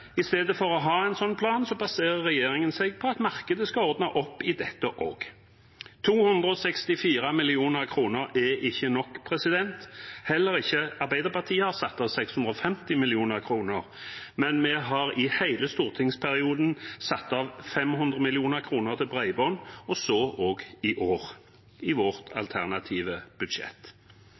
baserer regjeringen seg på at markedet skal ordne opp i dette også. 264 mill. kr er ikke nok. Heller ikke Arbeiderpartiet har satt av 650 mill. kr, men vi har i hele stortingsperioden satt av 500 mill. kr til bredbånd, så også i år, i vårt alternative budsjett.